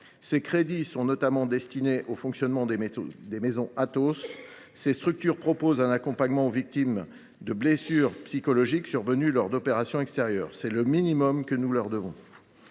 Ces crédits sont notamment destinés au fonctionnement des maisons Athos, qui proposent un accompagnement aux victimes de blessures psychologiques survenues lors d’opérations extérieures ; c’est le minimum que nous leur devons.